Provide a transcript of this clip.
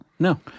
No